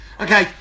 Okay